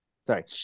sorry